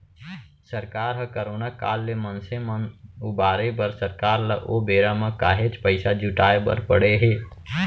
सरकार ह करोना काल ले मनसे मन उबारे बर सरकार ल ओ बेरा म काहेच पइसा जुटाय बर पड़े हे